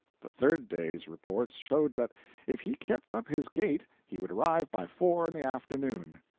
the third day's reports showed that if he kept up his gait he would arrive by four in the afternoon.